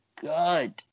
good